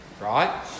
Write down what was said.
Right